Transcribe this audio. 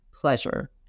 pleasure